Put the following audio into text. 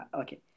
okay